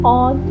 on